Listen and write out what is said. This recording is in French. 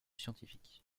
scientifique